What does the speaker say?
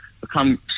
become